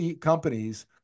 companies